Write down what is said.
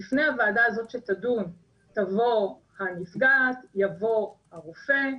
בפני הוועדה הזאת שתדון תבוא הנפגעת, יבוא הרופא,